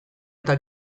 eta